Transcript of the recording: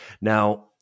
Now